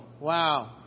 wow